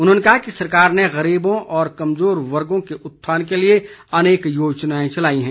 उन्होंने कहा कि सरकार ने गरीबों व कमजोर वर्गो के उत्थान के लिए अनेक योजनाएं चलाई हैं